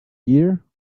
year